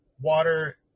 water